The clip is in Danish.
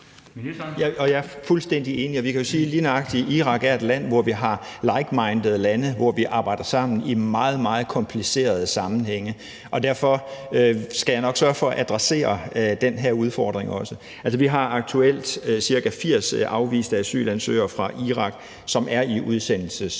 Jeg er fuldstændig enig. Vi kan jo sige: Lige nøjagtig Irak er et land, hvor vi arbejder sammen med ligesindede lande i meget, meget komplicerede sammenhænge. Derfor skal jeg nok sørge for at adressere den her udfordring også. Altså, vi har aktuelt ca. 80 afviste asylansøgere fra Irak, som er i udsendelsesposition,